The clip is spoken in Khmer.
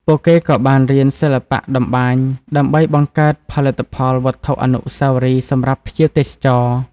ពួកគេក៏បានរៀនសិល្បៈតម្បាញដើម្បីបង្កើតផលិតផលវត្ថុអនុស្សាវរីយ៍សម្រាប់ភ្ញៀវទេសចរ។